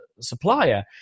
supplier